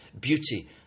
beauty